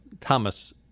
Thomas